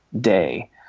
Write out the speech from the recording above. day